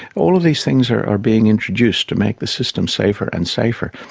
all of these things are are being introduced to make the system safer and safer.